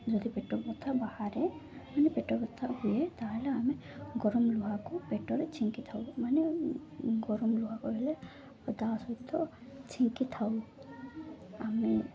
ଯଦି ପେଟ କଥା ବାହାରେ ମାନେ ପେଟ କଥା ହୁଏ ତା'ହେଲେ ଆମେ ଗରମ ଲୁହାକୁ ପେଟରେ ଛିଙ୍କି ଥାଉ ମାନେ ଗରମ ଲୁହାକୁ ହେଲେ ତା' ସହିତ ଛିଙ୍କି ଥାଉ ଆମେ